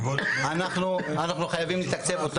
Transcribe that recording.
אנחנו צריכים להיכנס לסיכום כי הזמן קצר.